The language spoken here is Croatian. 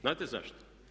Znate zašto?